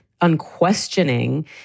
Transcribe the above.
unquestioning